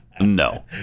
No